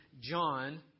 John